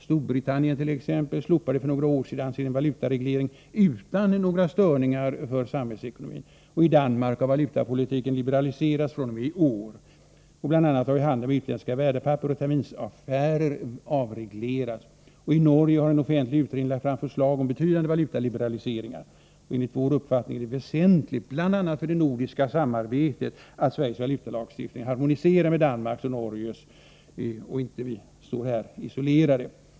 Storbritannien slopade t.ex. för några år sedan sin valutareglering utan några störningar för samhällsekonomin. I Danmark har valutapolitiken liberaliserats fr.o.m. i år. Bl. a. har handeln med utländska värdepapper och terminsaffärer avreglerats. I Norge har en offentlig utredning lagt fram förslag om betydande valutaliberaliseringar. Enligt vår uppfattning är det väsentligt, bl.a. för det nordiska samarbetet, att Sveriges valutalagstiftning harmoniserar med Danmarks och Norges, så att vi inte står isolerade.